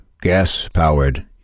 gas-powered